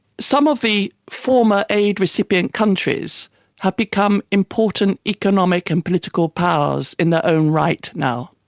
some of the former aid recipient countries have become important economic and political powers in their own right now.